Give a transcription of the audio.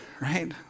right